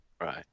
Right